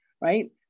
right